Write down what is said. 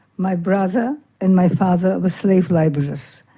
my brother and my father were slave labourers.